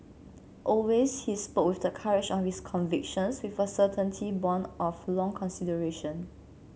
always he spoke with the courage of his convictions with a certainty born of long consideration